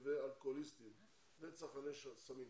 אלכוהוליסטים וצרכני סמים.